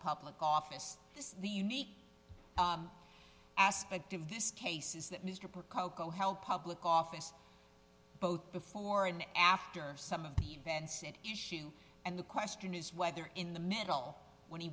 public office is the unique aspect of this case is that mr percoco held public office both before and after some of the events at issue and the question is whether in the middle when he